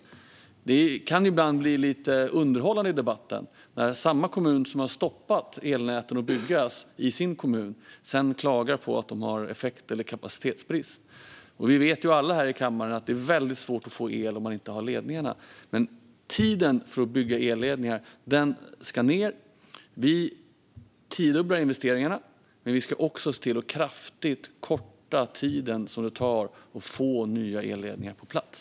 I debatten kan det ibland bli lite underhållande när samma kommun som har stoppat att elnäten byggs i den egna kommunen sedan klagar på att de har effekt eller kapacitetsbrist. Alla vi i kammaren vet ju att det är väldigt svårt att få el om man inte har ledningar. Tiden för att bygga elledningar ska ned. Vi tiodubblar investeringarna, men vi ska också se till att kraftigt korta den tid det tar att få nya elledningar på plats.